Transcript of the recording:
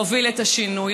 להוביל את השינוי,